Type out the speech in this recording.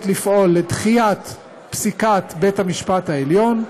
לפעול לדחיית פסיקת בית-המשפט העליון,